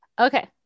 Okay